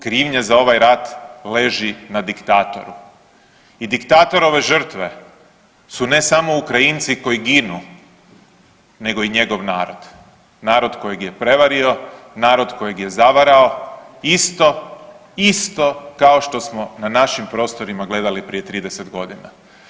Krivnja za ovaj rat leži na diktatoru i diktatorove žrtve su ne samo Ukrajinci koji ginu, nego i njegov narod, narod kojeg je prevario, narod kojeg je zavarao, isto, isto kao što smo na našim prostorima gledali prije 30 godina.